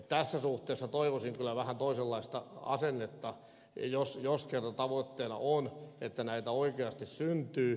tässä suhteessa toivoisin kyllä vähän toisenlaista asennetta jos kerran tavoitteena on että näitä oikeasti syntyy